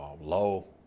low